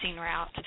route